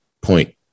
point